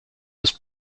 ist